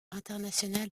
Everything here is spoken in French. internationale